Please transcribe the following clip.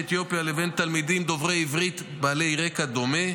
אתיופיה לבין תלמידים דוברי עברית בעלי רקע דומה.